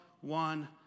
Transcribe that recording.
one